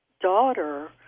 daughter